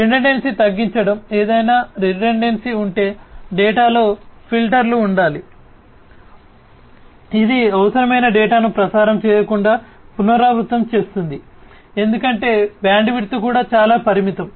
redundancy తగ్గించడం ఏదైనా redundancy ఉంటే డేటాలో ఫిల్టర్లు ఉండాలి ఇది అనవసరమైన డేటాను ప్రసారం చేయకుండా పునరావృతం చేస్తుంది ఎందుకంటే బ్యాండ్విడ్త్ కూడా చాలా పరిమితం